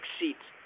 seats